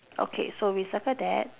okay so we circle that